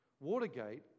Watergate